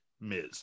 Miz